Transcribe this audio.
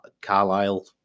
Carlisle